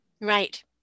right